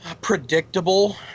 predictable